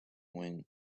when